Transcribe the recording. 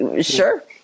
Sure